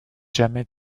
jamais